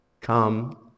come